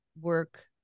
work